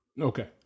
okay